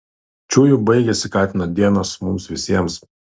čiuju baigėsi katino dienos mums visiems